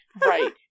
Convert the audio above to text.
right